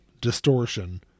distortion